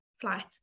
flight